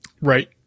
Right